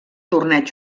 torneig